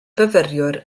fyfyriwr